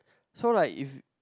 so like if